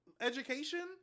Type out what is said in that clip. Education